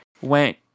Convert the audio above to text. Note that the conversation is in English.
went